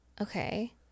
okay